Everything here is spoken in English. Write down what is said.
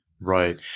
Right